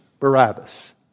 Barabbas